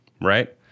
right